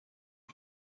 翅膀